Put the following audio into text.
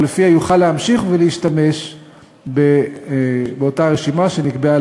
ולפיה יוכל להמשיך להשתמש באותה רשימה שנקבעה